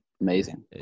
Amazing